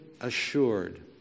assured